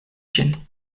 ĝin